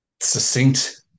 succinct